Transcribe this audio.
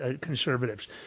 conservatives